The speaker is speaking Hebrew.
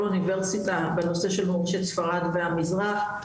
אוניברסיטה בנושא של מורשת ספרד והמזרח,